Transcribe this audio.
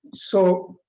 so